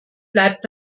bleibt